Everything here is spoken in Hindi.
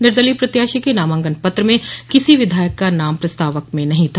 निर्दलीय प्रत्याशी के नामांकन पत्र में किसी विधायक का नाम प्रस्तावक में नहीं था